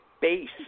base